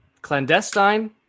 clandestine